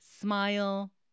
smile